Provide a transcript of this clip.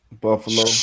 Buffalo